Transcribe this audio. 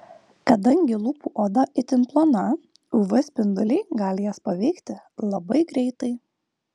kadangi lūpų oda itin plona uv spinduliai gali jas paveikti labai greitai